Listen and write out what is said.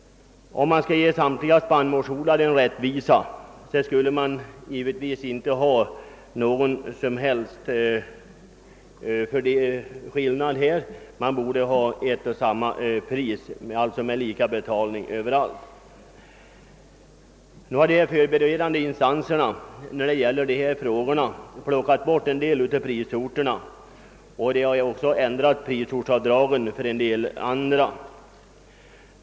Om man skall behandla samtliga spannmålsodlare rättvist, skulle man givetvis inte ha någon som helst skillnad. De borde få ett och samma pris, alltså lika betalning överallt. De förberedande instanserna har när det gäller dessa frågor plockat bort en del av prisorterna samt ändrat prisortsavdragen för en del andra.